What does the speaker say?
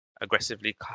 aggressively